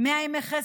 100 ימי חסד,